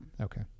okay